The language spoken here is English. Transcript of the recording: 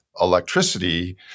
electricity